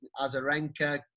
Azarenka